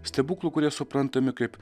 stebuklų kurie suprantami kaip